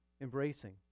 embracing